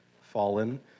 fallen